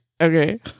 Okay